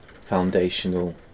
foundational